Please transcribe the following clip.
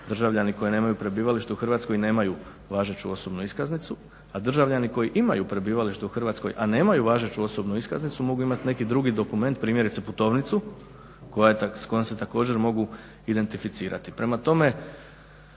državljani koji nemaju prebivalište u Hrvatskoj nemaju važeću osobnu iskaznicu, a državljani koji imaju prebivalište u Hrvatskoj a nemaju važeću osobnu iskaznicu mogu imati neki drugi dokument, primjerice putovnicu s kojom se također mogu identificirati.